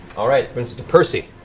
all right, brings it to percy.